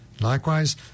Likewise